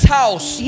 house